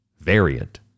Variant